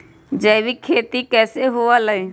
जैविक खेती कैसे हुआ लाई?